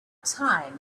time